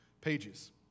pages